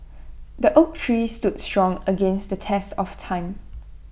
the oak tree stood strong against the test of time